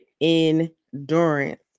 endurance